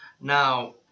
Now